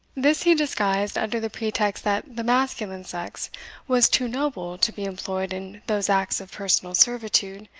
this he disguised under the pretext that the masculine sex was too noble to be employed in those acts of personal servitude,